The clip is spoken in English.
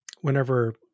whenever